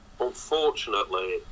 unfortunately